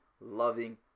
loving